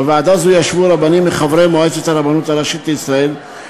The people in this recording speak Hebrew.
בוועדה זו ישבו רבנים מחברי מועצת הרבנות הראשית לישראל,